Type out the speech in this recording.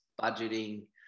budgeting